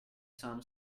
some